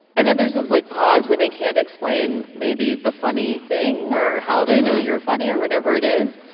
and then there's this, like, pause, where they can't explain maybe the funny thing or how they know you're funny or whatever it is.